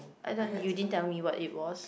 I don't you didn't tell me what it was